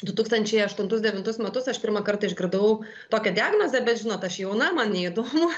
du tūkstančiai aštuntus devintus metus aš pirmą kartą išgirdau tokią diagnozę bet žinot aš jauna man neįdomu